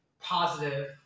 positive